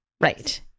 Right